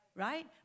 right